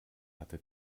hatte